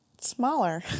smaller